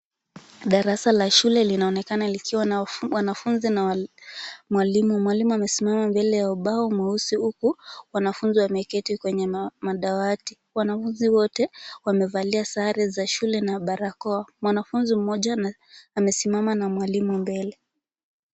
Darasa la shule linaonekana likiwa na wanafunzi na mwalimu. Mwalimu amesimama mbele ya ubao mweusi huku wanafunzi wameketi kwenye madawati. Wanafunzi wote wamevalia sare za shule na barakoa. Mwanafunzi mmoja amesimama na mwalimu mbele.